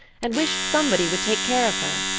and wished somebody would take care of her.